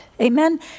Amen